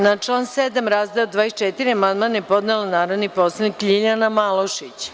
Na član 7. razdeo 24. amandman je podnela narodni poslanik Ljiljana Malušić.